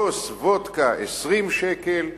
כוס וודקה 20 שקל,